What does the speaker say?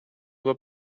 tua